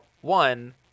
one